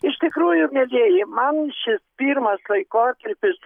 iš tikrųjų mielieji man šis pirmas laikotarpis